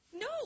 No